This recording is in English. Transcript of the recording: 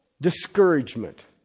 discouragement